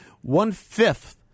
One-fifth